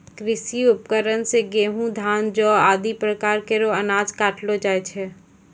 कृषि उपकरण सें गेंहू, धान, जौ आदि प्रकार केरो अनाज काटलो जाय छै